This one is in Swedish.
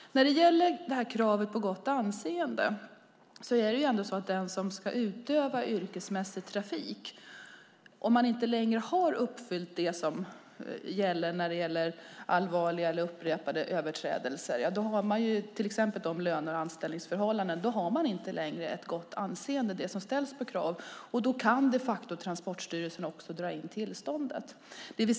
När det gäller kravet på gott anseende är det så att om man ska utöva yrkesmässig trafik och inte längre uppfyller det som gäller utan har gjort allvarliga och upprepade överträdelser, till exempel vad gäller löner och anställningsförhållanden, har man inte längre ett gott anseende, det som ställs som krav. Då kan de facto Transportstyrelsen dra in tillståndet.